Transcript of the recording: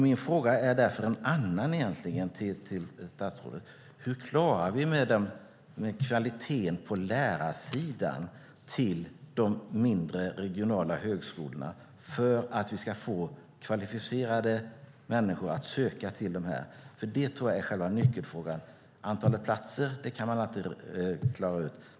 Min fråga till statsrådet är därför egentligen en annan: Hur klarar vi kvaliteten på lärarsidan till de mindre, regionala högskolorna för att vi ska få kvalificerade människor att söka till dem? Jag tror att det är själva nyckelfrågan. Antalet platser kan man alltid klara ut.